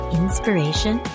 inspiration